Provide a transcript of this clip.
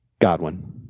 Godwin